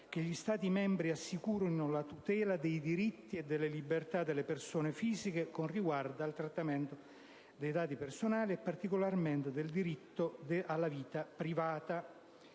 che gli Stati membri assicurino la tutela dei diritti e delle libertà delle persone fisiche con riguardo al trattamento dei dati personali, in particolare del diritto alla vita privata.